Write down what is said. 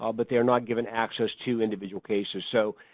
um but they're not given access to individual cases. so,